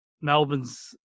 Melbourne's